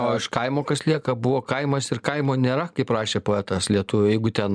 o iš kaimo kas lieka buvo kaimas ir kaimo nėra kaip rašė poetas lietuvių jeigu ten